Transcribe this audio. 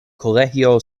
colegio